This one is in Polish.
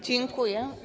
Dziękuję.